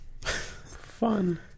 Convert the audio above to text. Fun